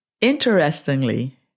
Interestingly